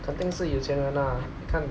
肯定是有钱人啊看